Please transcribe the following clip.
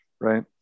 right